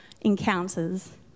encounters